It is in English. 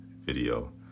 video